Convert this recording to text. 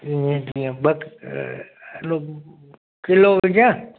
ईअं तीअं बक किलो विझां